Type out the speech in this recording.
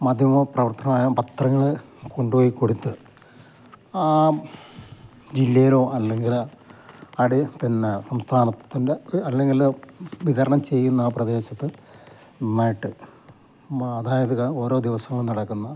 മാധ്യമ പ്രവർത്തകനായ പത്രങ്ങൾ കൊണ്ടു പോയി കൊടുത്ത് ആ ജില്ലയിലോ അല്ലെങ്കിൽ ആടേയ് പിന്നെ സംസ്ഥാനത്തിൻ്റെ ഒരു അല്ലെങ്കിൽ വിതരണം ചെയ്യുന്ന ആ പ്രദേശത്ത് നന്നായിട്ട് അതായത് ഓരോ ദിവസവും നടക്കുന്ന